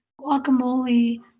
guacamole